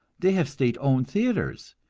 they have state-owned theatres,